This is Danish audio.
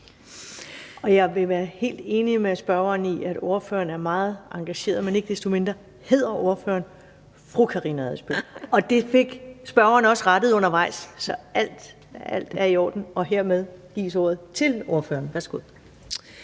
Jeg er helt enig med spørgeren i, at ordføreren er meget engageret, men ikke desto mindre skal hun tituleres som ordføreren eller fru Karina Adsbøl, og det fik spørgeren også rettet undervejs, så alt er i orden. Og hermed gives ordet til ordføreren.